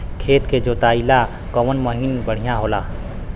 खेत के जोतईला कवन मसीन बढ़ियां होला?